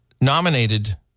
nominated